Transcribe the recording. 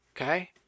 okay